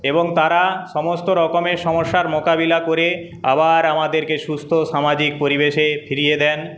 এবং তাঁরা সমস্তরকমের সমস্যার মোকাবিলা করে আবার আমাদেরকে সুস্থ সামাজিক পরিবেশে ফিরিয়ে দেন